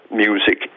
music